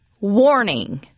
warning